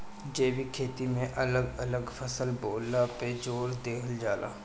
जैविक खेती में अलग अलग फसल बोअला पे जोर देहल जाला